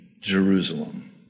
Jerusalem